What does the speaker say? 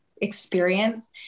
experience